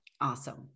Awesome